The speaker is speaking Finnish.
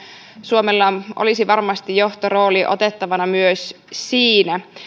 suomella olisi varmasti johtorooli otettavana myös siinä